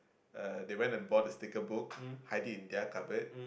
uh they went and bought the sticker book hide it in their cupboard